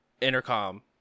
intercom